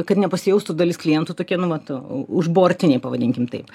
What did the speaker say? kad nepasijaustų dalis klientų tokie nu vat užbortiniai pavadinkim taip